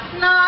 no